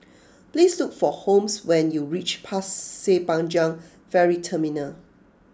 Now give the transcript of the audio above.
please look for Holmes when you reach Pasir Panjang Ferry Terminal